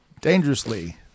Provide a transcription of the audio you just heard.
Dangerously